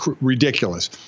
ridiculous